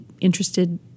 interested